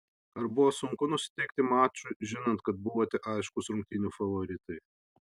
ar buvo sunku nusiteikti mačui žinant kad buvote aiškūs rungtynių favoritai